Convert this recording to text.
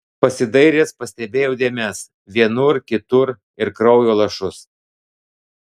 pasidairęs pastebėjo dėmes vienur kitur ir kraujo lašus